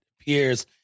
appears